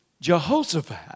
Jehoshaphat